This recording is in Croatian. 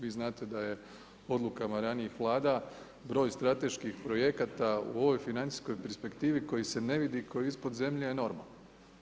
Vi znate da je odlukama ranijih Vlada broj strateških projekata u ovoj financijskoj perspektivi koji se ne vidi, koji je ispod zemlje je normalan.